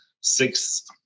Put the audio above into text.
six